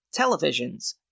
Televisions